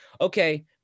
okay